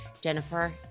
Jennifer